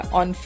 on